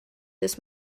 this